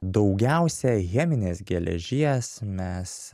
daugiausia cheminės geležies mes